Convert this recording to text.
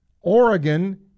Oregon